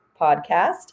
podcast